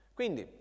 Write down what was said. Quindi